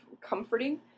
comforting